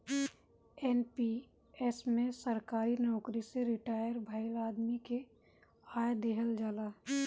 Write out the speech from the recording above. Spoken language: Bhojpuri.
एन.पी.एस में सरकारी नोकरी से रिटायर भईल आदमी के आय देहल जाला